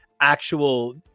actual